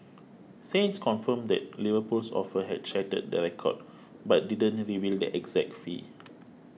saints confirmed that Liverpool's offer had shattered the record but didn't reveal the exact fee